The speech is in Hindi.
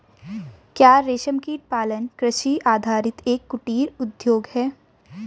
क्या रेशमकीट पालन कृषि आधारित एक कुटीर उद्योग है?